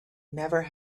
never